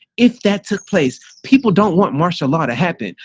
if that took place, people don't want martial law to happen.